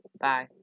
Bye